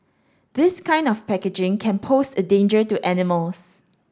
this kind of packaging can pose a danger to animals